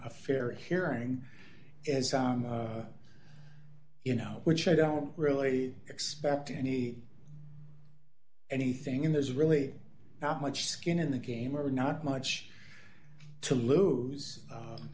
a fair hearing as you know which i don't really expect any anything in there's really not much skin in the game or not much to lose